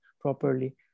properly